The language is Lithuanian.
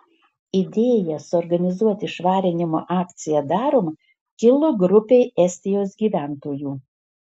idėja suorganizuoti švarinimo akciją darom kilo grupei estijos gyventojų